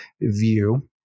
view